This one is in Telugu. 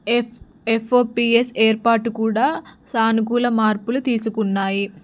ఎఫ్ ఎఫ్ఓపిఎస్ ఏర్పాటు కూడా సానుకూల మార్పులు తీసుకున్నాయి